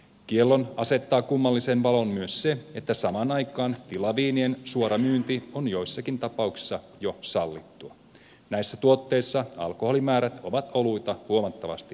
kiellon asettaa kummalliseen valoon myös se että samaan aikaan tilaviinien suoramyynti on joissakin tapauksissa jo sallittua näissä tuotteissa alkoholimäärät ovat oluita huomattavasti korkeammat